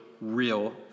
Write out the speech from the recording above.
real